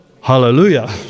Hallelujah